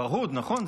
פַרְהוּד, נכון?